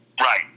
Right